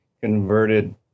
converted